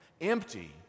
Empty